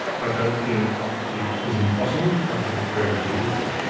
i don't think it is impossible, i think it's very difficult,